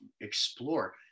Explore